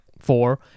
four